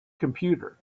computer